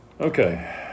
okay